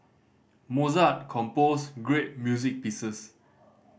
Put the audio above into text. Mozart composed great music pieces